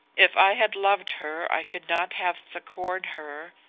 if i had loved her i could not have succored her,